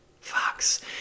fox